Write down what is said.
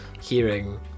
hearing